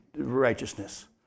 Righteousness